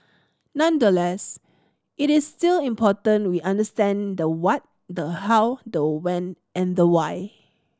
nonetheless it is still important we understand the what the how the when and the why